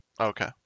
Okay